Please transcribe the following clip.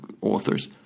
authors